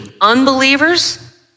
unbelievers